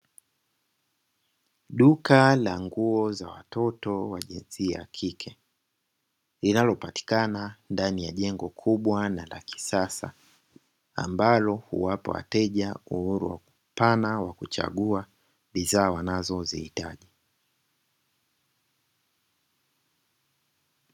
Duka la nguo za watoto wa jinsia ya kike linalopatikana ndani ya jengo kubwa na la kisasa, ambalo huwapa wateja uhuru mpana wa kuchagua bidhaa wanazozihitaji.